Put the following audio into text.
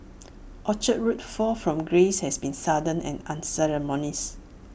Orchard Road's fall from grace has been sudden and unceremonious